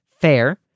fair